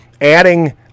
adding